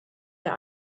der